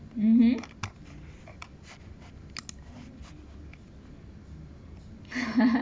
mmhmm